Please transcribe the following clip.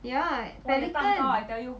ya Pelican